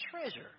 treasure